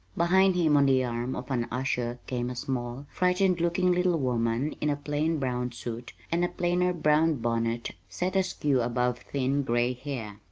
behind him on the arm of an usher came a small, frightened-looking little woman in a plain brown suit and a plainer brown bonnet set askew above thin gray hair.